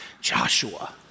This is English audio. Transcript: Joshua